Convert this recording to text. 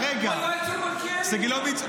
"בהתייעצות" --- סגלוביץ',